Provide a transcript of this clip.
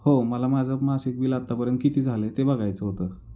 हो मला माझं मासिक बिल आत्तापर्यंत किती झालं आहे ते बघायचं होतं